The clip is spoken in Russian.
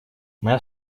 моя